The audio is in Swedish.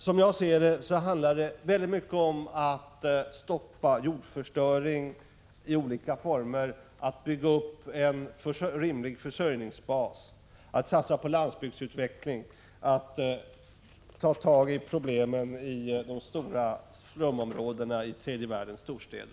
Som jag ser det handlar det mycket om att stoppa jordförstöring i olika former, bygga upp en rimlig försörjningsbas, satsa på landsbygdsutveckling och ta tag i problemen i de stora slumområdena i tredje världens storstäder.